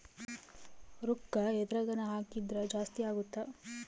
ರೂಕ್ಕ ಎದ್ರಗನ ಹಾಕಿದ್ರ ಜಾಸ್ತಿ ಅಗುತ್ತ